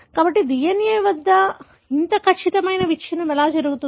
కాబట్టి DNA అంత ఖచ్చితమైన విచ్ఛిన్నం ఎలా జరుగుతుంది